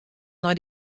nei